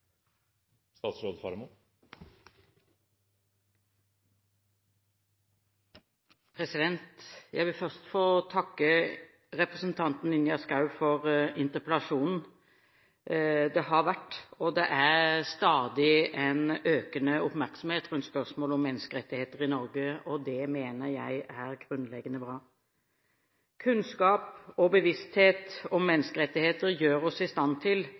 Jeg vil først få takke representanten Ingjerd Schou for interpellasjonen. Det har vært – og det er stadig – en økende oppmerksomhet rundt spørsmål om menneskerettigheter i Norge. Det mener jeg er grunnleggende bra. Kunnskap og bevissthet om menneskerettigheter gjør oss i stand til